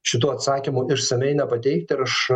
šitų atsakymų išsamiai nepateikti ir aš